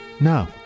No